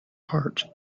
heart